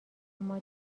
شما